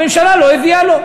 הממשלה לא הביאה לו.